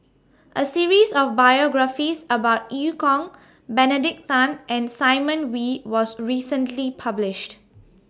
A series of biographies about EU Kong Benedict Tan and Simon Wee was recently published